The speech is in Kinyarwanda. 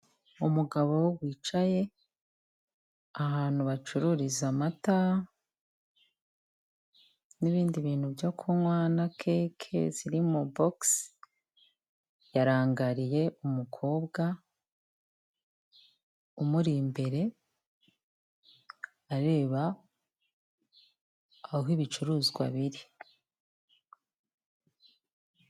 Umugabo wicaye ahantu bacururiza amata n'ibindi bintu byo kunywa na cake ziri mu bokisi, yarangariye umukobwa umuri imbere areba aho ibicuruzwa biri.